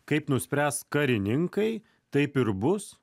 kaip nuspręs karininkai taip ir bus